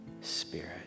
spirit